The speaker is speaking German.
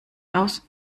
aus